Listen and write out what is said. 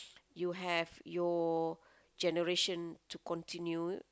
you have your generation to continue